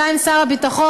גם עם שר הביטחון,